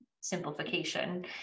simplification